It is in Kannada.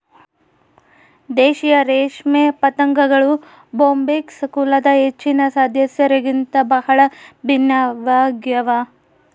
ದೇಶೀಯ ರೇಷ್ಮೆ ಪತಂಗಗಳು ಬೊಂಬಿಕ್ಸ್ ಕುಲದ ಹೆಚ್ಚಿನ ಸದಸ್ಯರಿಗಿಂತ ಬಹಳ ಭಿನ್ನವಾಗ್ಯವ